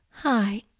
Hi